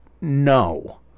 No